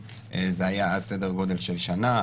וזה היה אז סדר גודל של שנה.